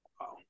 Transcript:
Wow